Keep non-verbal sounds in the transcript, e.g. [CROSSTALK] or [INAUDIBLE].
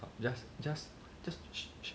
just just just [NOISE]